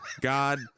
god